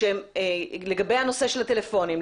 לגבי הנושא של הטלפונים,